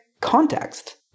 context